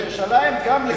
ירושלים גם,